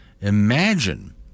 Imagine